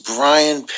Brian